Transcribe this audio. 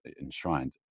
enshrined